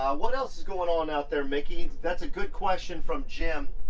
what else is going on out there, miki? that's a good question from jim.